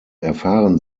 erfahren